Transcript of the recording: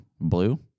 Blue